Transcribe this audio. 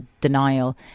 denial